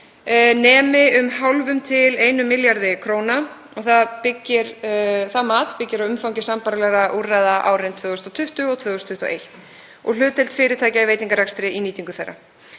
nema um hálfum til 1 milljarði kr. og það mat byggir á umfangi sambærilegra úrræða árin 2020 og 2021 og hlutdeild fyrirtækja í veitingarekstri í nýtingu þeirra.